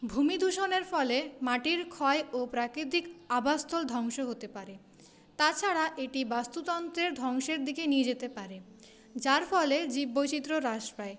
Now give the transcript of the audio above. ভূমিদূষণের ফলে মাটির ক্ষয় ও প্রাকৃতিক আবাসস্থল ধ্বংস হতে পারে তাছাড়া এটি বাস্তুতন্ত্রের ধ্বংসের দিকে নিয়ে যেতে পারে যার ফলে জীব বৈচিত্র্য হ্রাস পায়